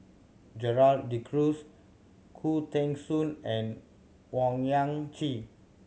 Gerald De Cruz Khoo Teng Soon and Owyang Chi